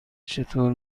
چطور